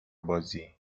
بازی